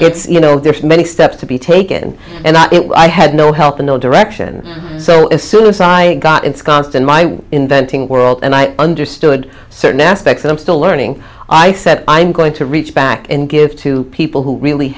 it's you know there's many steps to be taken and i had no help no direction so as soon as i got ensconced in my inventing world and i understood certain aspects that i'm still learning i said i'm going to reach back and give to people who really